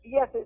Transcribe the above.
Yes